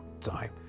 time